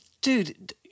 Dude